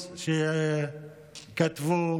שכתבו